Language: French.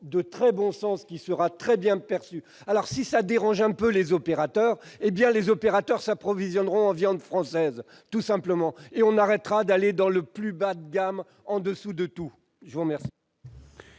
de très bons sens, qui sera très bien perçu. Alors si ça dérange un peu les opérateurs, eh bien ils iront s'approvisionner en viande française, tout simplement ! On cessera d'aller dans le plus bas de gamme, en dessous de tout ... Je mets aux voix